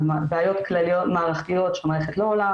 בעיות מערכתיות שהמערכת לא עולה,